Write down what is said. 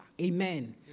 Amen